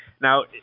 Now